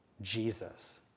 Jesus